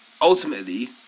ultimately